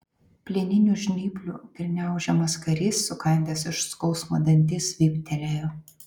plieninių žnyplių gniaužiamas karys sukandęs iš skausmo dantis vyptelėjo